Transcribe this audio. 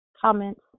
comments